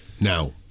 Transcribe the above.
Now